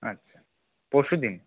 আচ্ছা পরশু দিন